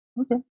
Okay